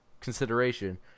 consideration